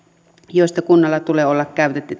joista kunnalla tulee olla